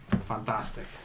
Fantastic